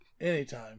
anytime